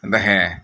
ᱦᱮᱸ